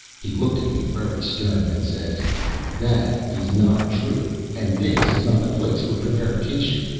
he looked at me very stern, and says that is not true and this is not the place for prevarication.